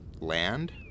land